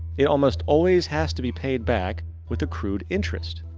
it almost always has to be payed back with a crude interest.